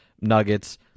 Nuggets –